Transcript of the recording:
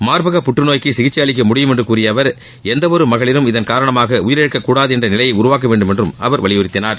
மார்பக புற்றுநோய்க்கு சிகிச்சை அளிக்க முடியும் என்று கூறிய அவர் எந்த ஒரு மகளிரும் இதன் காரணமாக உயிரிழக்கக் கூடாது என்ற நிலையை உருவாக்க வேண்டுமென்றும் அவர் வலியுறத்தினார்